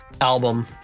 album